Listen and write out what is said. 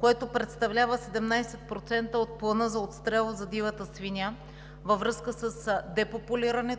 което представлява 17% от плана за отстрел за дивата свиня във връзка със сериозното ѝ депопулиране